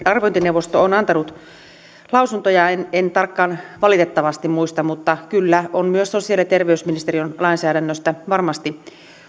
arviointineuvosto on antanut en en tarkkaan valitettavasti muista mutta kyllä on myös sosiaali ja terveysministeriön lainsäädännöstä varmasti